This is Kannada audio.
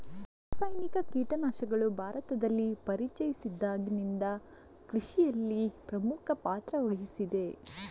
ರಾಸಾಯನಿಕ ಕೀಟನಾಶಕಗಳು ಭಾರತದಲ್ಲಿ ಪರಿಚಯಿಸಿದಾಗಿಂದ ಕೃಷಿಯಲ್ಲಿ ಪ್ರಮುಖ ಪಾತ್ರ ವಹಿಸಿದೆ